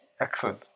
excellent